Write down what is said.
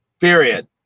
period